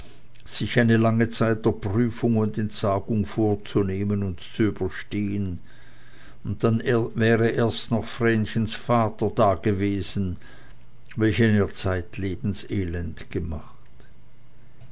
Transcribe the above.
sich eine lange zeit der prüfung und entsagung vorzunehmen und zu überstehen und dann wäre erst noch vrenchens vater dagewesen welchen er zeitlebens elend gemacht